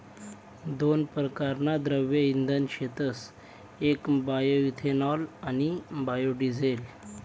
दोन परकारना द्रव्य इंधन शेतस येक बायोइथेनॉल आणि बायोडिझेल